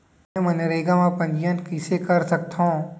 मैं मनरेगा म पंजीयन कैसे म कर सकत हो?